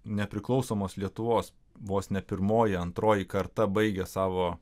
nepriklausomos lietuvos vos ne pirmoji antroji karta baigė savo